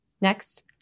Next